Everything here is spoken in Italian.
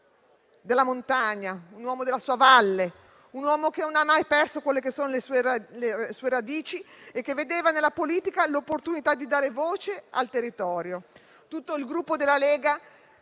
un uomo della montagna, un uomo della sua valle, un uomo che non ha mai perso le sue radici e che vedeva nella politica l'opportunità di dare voce al territorio. Tutto il Gruppo Lega